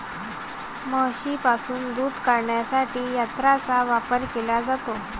म्हशींपासून दूध काढण्यासाठी यंत्रांचा वापर केला जातो